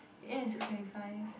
it end at six twenty five